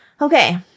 Okay